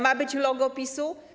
Ma być logo PiS-u.